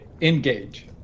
Engage